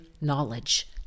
knowledge